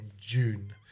June